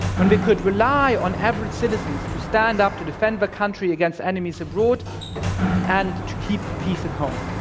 when we could rely on average citizens to stand up to defend the country against enemies abroad and to keep the peace at home.